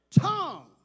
tongue